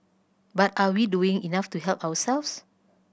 but are we doing enough to help ourselves